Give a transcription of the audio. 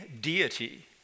deity